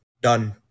Done